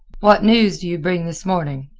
what news do you bring this morning?